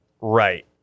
Right